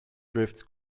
drifts